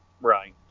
right